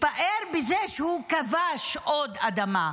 התפאר בזה שהוא כבש עוד אדמה.